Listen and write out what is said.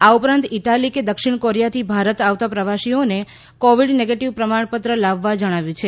આ ઉપરાંત ઇટાલી કે દક્ષિણ કોરીયાથી ભારત આવતા પ્રવાસીઓને કોવીડ નેગેટીવ પ્રમાણપત્ર લાવવા જણાવ્યું છે